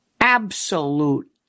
absolute